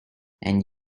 and